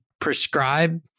prescribe